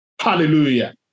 Hallelujah